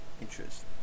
interest